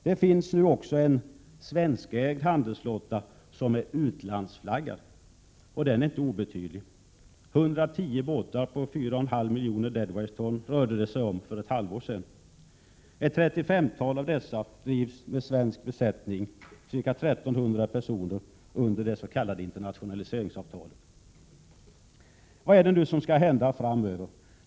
Det finns numera en svenskägd handelsflotta som är utlandsflaggad, och den är inte obetydlig. 110 fartyg på ca 4,5 miljoner dödviktston rörde det sig om för ett halvår sedan. Ett 35-tal av dessa drivs med svensk besättning, ca 1 300 personer, under det s.k. internationaliseringsavtalet. Vad kommer då att hända framöver?